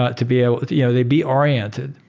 but to be ah you know they'd be oriented.